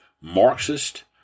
Marxist